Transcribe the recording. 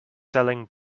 selling